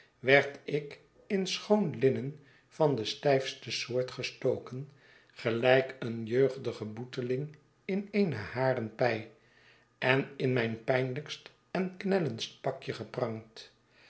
werd ik in schoon linnen van de stijfste soort gestoken gelijk een jeugdige boeteling in eene haren pij en in mijn pijnlijkst en knellendst pakje